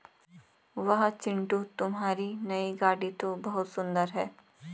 वाह चिंटू तुम्हारी नई गाड़ी तो बहुत सुंदर है